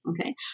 okay